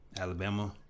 Alabama